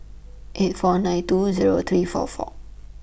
eight four nine two Zero three four four